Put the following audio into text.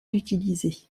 utilisés